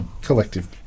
collective